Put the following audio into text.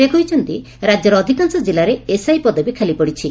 ସେ କହିଛନ୍ତି ରାକ୍ୟର ଅଧିକାଂଶ ଜିଲ୍ଲାରେ ଏସ୍ଆଇ ପଦବୀ ଖାଲି ପଡ଼ିଛି